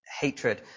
Hatred